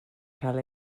cael